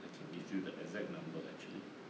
I can give you the exact number actually